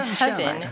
heaven